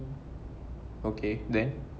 okay then